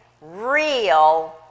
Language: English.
real